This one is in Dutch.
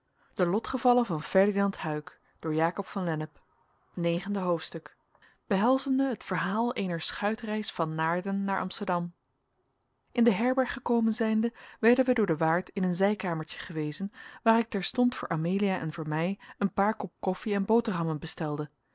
negende hoofdstuk behelzende het verhaal eener schuitreis van naarden naar amsterdam in de herberg gekomen zijnde werden wij door den waard in een zijkamertje gewezen waar ik terstond voor amelia en voor mij een paar kop koffie en boterhammen bestelde